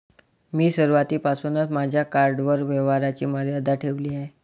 मी सुरुवातीपासूनच माझ्या कार्डवर व्यवहाराची मर्यादा ठेवली आहे